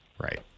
Right